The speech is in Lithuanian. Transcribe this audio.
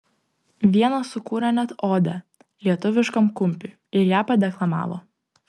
vienas sukūrė net odę lietuviškam kumpiui ir ją padeklamavo